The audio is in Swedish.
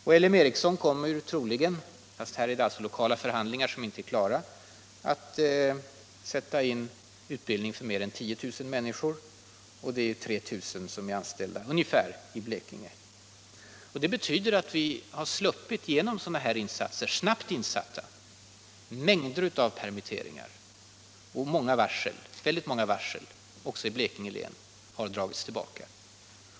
Och LM Ericsson kommer troligen — här rör det sig om lokala förhandlingar, som inte är klara ännu — att sätta in utbildning för mer än 10000 människor, varav ungefär 3000 är anställda i Blekinge. Genom sådana här insatser — snabbt gjorda — har vi alltså sluppit mängder av permitteringar. Många varsel, också i Blekinge län, har dragits tillbaka.